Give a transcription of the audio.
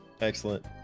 excellent